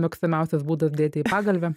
mėgstamiausias būdas dėti į pagalvę